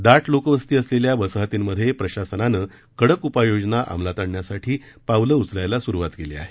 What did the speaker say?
दाट लोकवस्ती असलेल्या वसाहतींमधे प्रशासनानं कडक उपाययोजना अंमलात आणण्यासाठी पावलं उचलण्यास सुरवात केली आहे